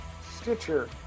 Stitcher